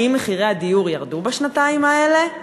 האם מחירי הדיור ירדו בשנתיים האלה?